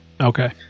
Okay